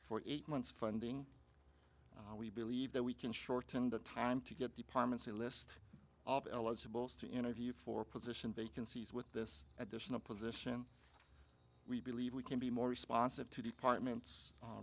for eight months funding we believe that we can shorten the time to get departments a list eligibles to interview for position vacancies with this at this in a position we believe we can be more responsive to departments